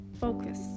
Focus